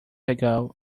ago